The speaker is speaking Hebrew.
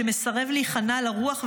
שמסרב להיכנע לרוח ולזמן.